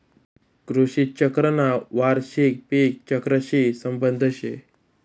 कृषी चक्रना वार्षिक पिक चक्रशी संबंध शे